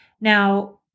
Now